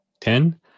Ten